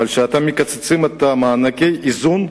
אבל כשאתם מקצצים את מענקי האיזון,